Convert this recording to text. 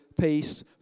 peace